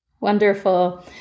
Wonderful